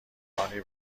بحرانی